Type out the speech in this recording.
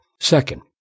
Second